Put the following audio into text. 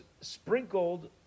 sprinkled